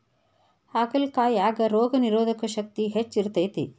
ಹಾಗಲಕಾಯಾಗ ರೋಗನಿರೋಧಕ ಶಕ್ತಿ ಹೆಚ್ಚ ಇರ್ತೈತಿ